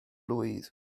blwydd